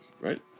Right